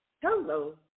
Hello